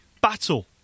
Battle